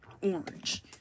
Orange